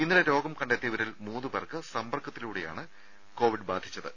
ഇന്നലെ രോഗം കണ്ടെത്തിയവരിൽ മൂന്നുപേർക്ക് സമ്പർക്കത്തിലൂടെയാണ് കോവിഡ് ബാധിച്ചത്